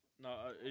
No